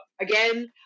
again